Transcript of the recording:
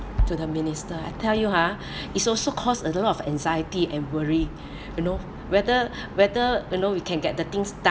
to the minister I tell you ha is also cause a lot of anxiety and worry you know whether whether you know you can get the things done